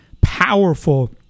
powerful